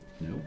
No